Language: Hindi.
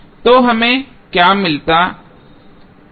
तो हमें क्या मिलता है